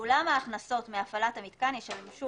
ואולם ההכנסות מהפעלת המיתקן ישמשו,